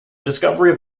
discovery